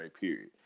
period